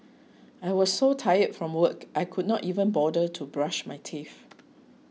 I was so tired from work I could not even bother to brush my teeth